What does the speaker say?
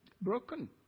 broken